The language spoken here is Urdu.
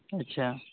اچھا